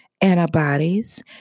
antibodies